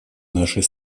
нашей